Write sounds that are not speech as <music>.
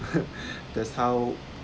<laughs> that's how